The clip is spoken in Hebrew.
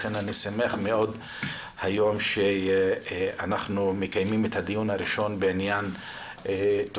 לכן אני שמח מאוד היום שאנחנו מקיימים את הדיון הראשון בעניין תאונות